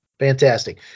Fantastic